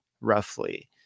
roughly